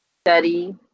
study